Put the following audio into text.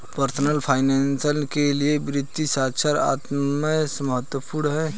personal finance के लिए वित्तीय साक्षरता अत्यंत महत्वपूर्ण है